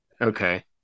Okay